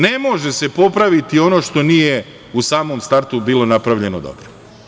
Ne može se popraviti ono što nije u samom startu bilo napravljeno dobro.